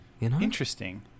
Interesting